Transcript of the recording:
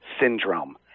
syndrome